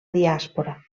diàspora